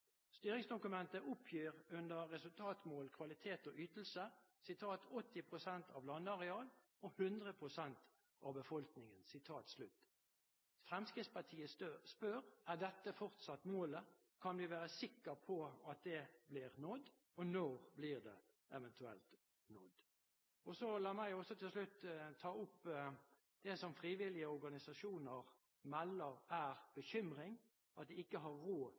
Styringsdokumentet oppgir under Resultatmål – kvalitet/ytelse: 80% av landarealet og 100% av befolkningen». Fremskrittspartiet spør: Er dette fortsatt målet? Kan vi være sikre på at det blir nådd? Og når blir det eventuelt nådd? La meg til slutt ta opp det som frivillige organisasjoner melder er en bekymring, at de ikke har